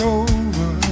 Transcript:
over